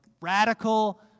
radical